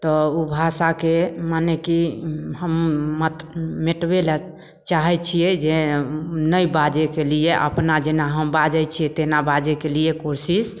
तऽ ओ भाषाके मने कि हम मिटबय लए चाहय छियै जे नहि बाजयके लिए अपना जेना हम बाजय छियै तेना बाजयके लिए कोशिश